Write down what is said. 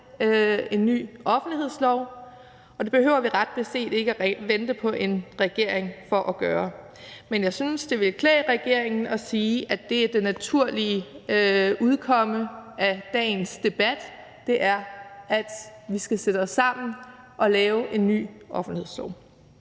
en ny offentlighedslov, og det behøver vi ret beset ikke at vente på en regering for at gøre. Men jeg synes, det ville klæde regeringen at sige, at det er det naturlige udkomme af dagens debat, nemlig at vi skal sætte os sammen og lave en ny offentlighedslov.